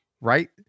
right